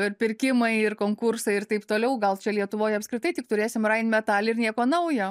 ir pirkimai ir konkursai ir taip toliau gal čia lietuvoj apskritai tik turėsim rainmetalį ir nieko naujo